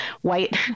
white